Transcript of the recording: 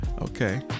Okay